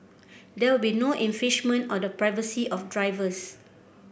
there will be no on the privacy of drivers